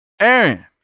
Aaron